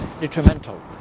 detrimental